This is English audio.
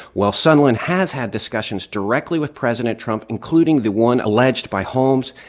while sondland has had discussions directly with president trump, including the one alleged by holmes,